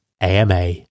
AMA